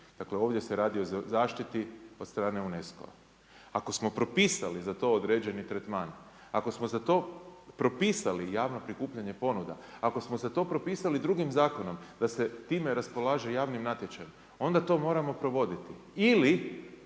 Dakle, ovdje se radi o zaštiti od strane UNESCO-a. Ako smo propisali za to određeni tretman, ako smo za to propisali, javno prikupljanje ponuda, ako smo to propisali drugim zakonom, da se time raspolaže javnim natječajem, onda to moramo provoditi.